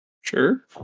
Sure